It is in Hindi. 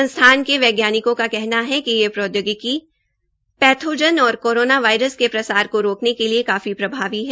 संस्थान के वैज्ञानिकों का कहना है कि ये प्रौद्योगिकी पैथोजन और कोरोना वायरस की प्रसार को रोकने के लिए कॉफी प्रभावी है